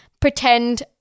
pretend